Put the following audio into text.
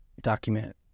document